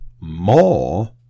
more